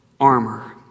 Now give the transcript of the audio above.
armor